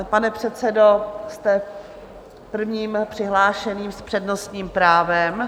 Pane předsedo, jste prvním přihlášeným s přednostním právem.